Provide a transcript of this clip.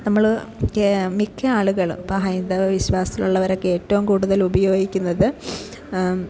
നമ്മൾ കേ മിക്ക ആളുകളും ഇപ്പോൾ ഹൈന്ദവ വിശ്വാസത്തിലുള്ളവരൊക്കെ ഏറ്റവും കൂടുതൽ ഉപയോഗിക്കുന്നത്